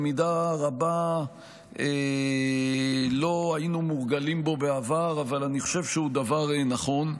במידה רבה לא היינו מורגלים בו בעבר אבל אני חושב שהוא דבר נכון.